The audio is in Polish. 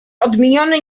odmieniony